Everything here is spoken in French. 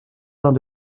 vingt